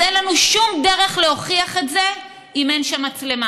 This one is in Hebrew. אין לנו שום דרך להוכיח את זה אם אין שם מצלמה,